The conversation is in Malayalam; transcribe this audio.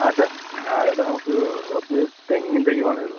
അതെ അതായത് നമുക്ക് കുറച്ച് തെങ്ങിൻ തൈ വേണമായിരുന്നു മ് ആ